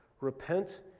Repent